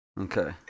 Okay